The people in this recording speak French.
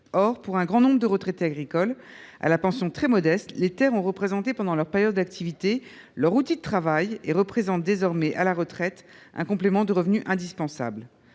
Or, pour un grand nombre de retraités agricoles à la pension très modeste, les terres ont représenté, pendant leur période d’activité, leur outil de travail, et permettent, à la retraite, de toucher un complément de revenu indispensable.